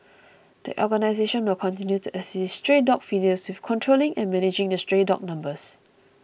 the organisation will continue to assist stray dog feeders with controlling and managing the stray dog numbers